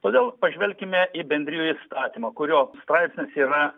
pagal pažvelkime į bendrijų įstatymą kurio straipsnis yra